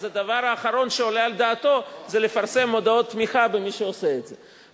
אז הדבר האחרון שעולה על דעתו זה לפרסם הודעות תמיכה במי שעושה את זה.